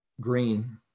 Green